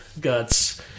guts